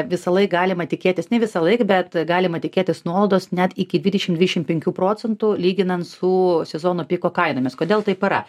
visąlaik galima tikėtis ne visąlaik bet galima tikėtis nuolaidos net iki dvidešim dvidešim penkių procentų lyginant su sezono piko kainomis kodėl taip yra